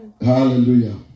Hallelujah